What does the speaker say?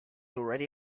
already